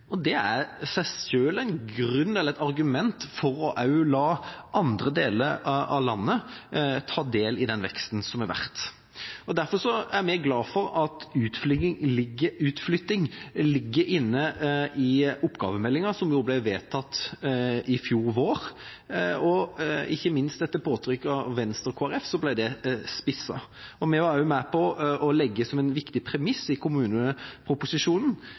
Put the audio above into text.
seg selv et argument for også å la andre deler av landet ta del i den veksten som har vært. Derfor er vi glade for at utflytting ligger inne i oppgavemeldingen som ble vedtatt i fjor vår, og som ikke minst etter påtrykk fra Venstre og Kristelig Folkeparti ble spisset. Vi var også med på å legge dette som en viktig premiss i kommuneproposisjonen